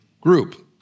group